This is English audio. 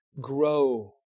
grow